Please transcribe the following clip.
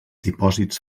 dipòsits